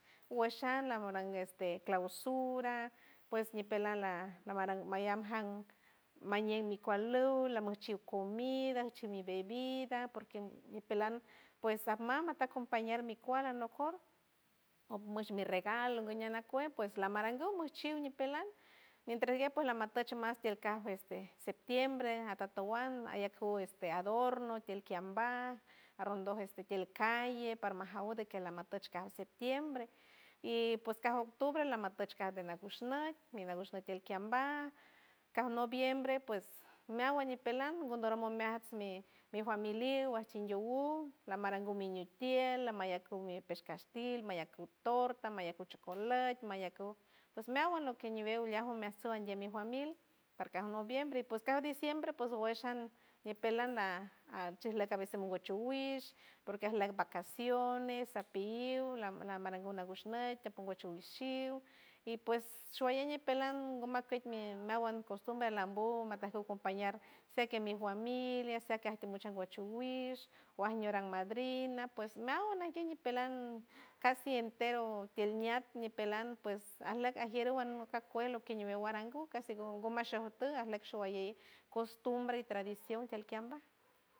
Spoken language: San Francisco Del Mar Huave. Guesh an lamaran este clausura pues ñipelan la lamaran mayam jan mañeñ mi kual uj lamajchu comida chij mi bebida porque ñipelan pues atmam ajta compañar mi kual anokor op mush mi regalo guñe nakej ps lamaranguw monchiw ñipelan mientras guej pues lamatuch mas tiel kaj este septiembre atatuan ayacju este adorno tiel kieambaj arrondoj este tiel calle parmajaw de que lamatuch kaf septiembre y pues kaf octubre lamatuch kaf de nagushnüt minagush nüt mi tiel kambaj kaf noviembre pues meawan ñipelan gun dorom mu meajts mi mi familiw ajchien diowuj lamaranguw mi ñitiel amallaku mi tiel pesh castil mallaku torta mallaku chocolat mallaku pues meawan lo que ñiwew leaj omeaj ajtsuj andiem mi famil parkaf noviembre pues kaf diciembre pues nguesh an ñipelan a- a chijleck a veces mongoch chowish porque ajleck vacaciones apilliw la- lamaranguw nagushnüt toponguoch wishiw y pues showalley ñipelan ngomakuet meawan costumbre lambuw majtaku compañar se que mi familia se que timochoj angocho wish waj ñuran madrina pues meawan ajguey ñipelan casi entero tiel ñat ñipelan pues ajleck ajieruw akuej lo que ñiwew aranguw casi gumashuj tuj ajleck showalley costumbre y tradición tiel keambaj.